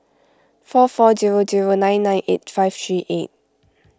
four four zero zero nine nine eight five three eight